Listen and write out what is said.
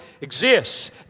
exists